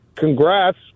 congrats